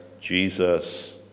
Jesus